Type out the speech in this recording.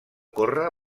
corre